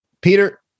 Peter